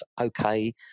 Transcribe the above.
okay